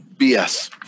BS